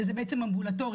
שזה בעצם אמבולטורי,